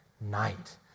night